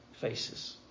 faces